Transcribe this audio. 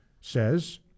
says